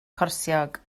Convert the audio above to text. corsiog